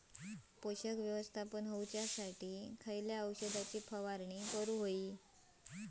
पोषक व्यवस्थापन होऊच्यासाठी खयच्या औषधाची फवारणी करतत?